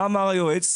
מה אמר היועץ?